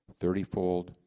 thirtyfold